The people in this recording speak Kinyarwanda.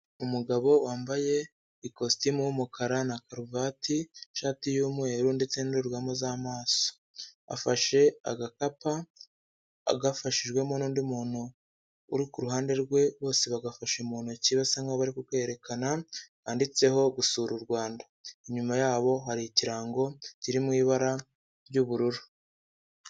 Umugabo wambaye ikositimu y'umukara na karuvat, ishati yumweru ndetse n'indorerwamo z'amaso. Afashe agakapu agafashijwemo n'undi muntu uri ku ruhande rwe, bose bagafashe mu ntoki basa nk'aho bari kukerekana handitseho gusura u Rwanda. Inyuma yabo hari ikirango kiri mu ibara ry'ubururu.